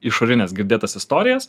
išorines girdėtas istorijas